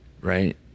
right